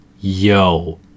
Yo